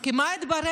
כי מה התברר?